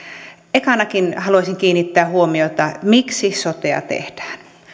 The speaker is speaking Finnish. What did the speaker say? ekanakin haluaisin kiinnittää huomiota siihen miksi sotea tehdään